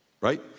right